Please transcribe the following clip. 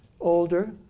older